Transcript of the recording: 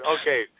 Okay